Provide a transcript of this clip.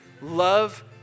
Love